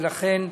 ולכן,